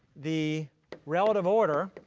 the relative order